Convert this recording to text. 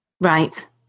right